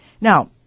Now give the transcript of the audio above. Now